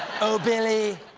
oh, billy,